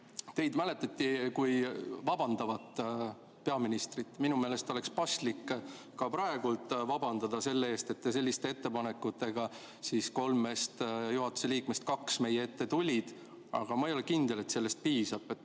teid mäletatakse kui vabandavat peaministrit. Minu meelest oleks paslik ka praegu vabandada selle eest, et te selliste ettepanekutega, [millega olid nõus] kolmest juhatuse liikmest kaks, meie ette tulite, aga ma ei ole kindel, et sellest piisab.